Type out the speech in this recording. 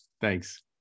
Thanks